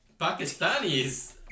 Pakistanis